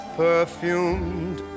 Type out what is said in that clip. perfumed